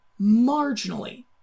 marginally